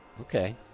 Okay